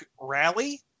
rally